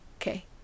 Okay